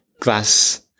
glass